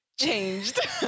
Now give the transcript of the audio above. Changed